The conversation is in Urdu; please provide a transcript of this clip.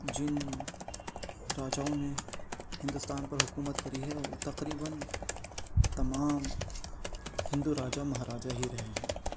جن راجاؤں نے ہندوستان پر حکومت کری ہے وہ تقریباً تمام ہندو راجا مہا راجا ہی رہے ہیں